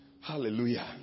Hallelujah